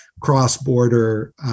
cross-border